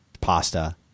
Pasta